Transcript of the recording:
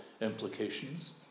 implications